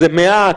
זה מעט?